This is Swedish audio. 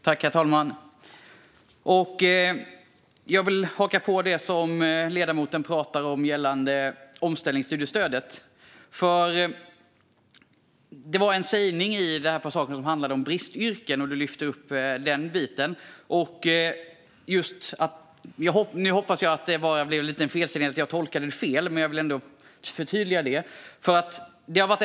Herr talman! Jag vill haka på det som ledamoten pratade om när det gäller omställningsstudiestödet och bristyrken, som hon lyfte upp. Jag hoppas att det bara var en felsägning och att jag tolkade ledamoten fel, men jag vill ändå få detta klargjort.